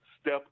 step